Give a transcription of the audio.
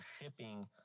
shipping